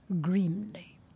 grimly